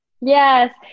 Yes